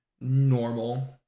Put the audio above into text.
normal